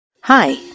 Hi